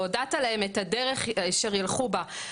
והודעת להם את הדרך אשר ילכו בה,